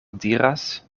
diras